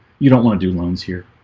you don't want to do loans here.